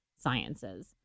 sciences